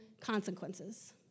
consequences